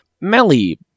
Melly